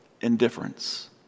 Indifference